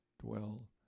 dwell